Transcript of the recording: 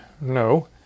No